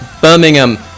Birmingham